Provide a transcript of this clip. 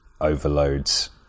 overloads